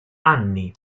anni